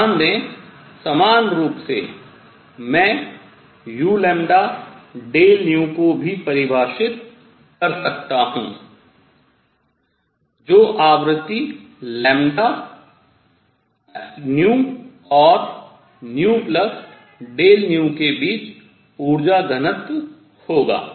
ध्यान दें समान रूप से मैं u को भी परिभाषित कर सकता हूँ जो आवृत्ति ν और νΔν के बीच ऊर्जा घनत्व होगा